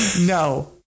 No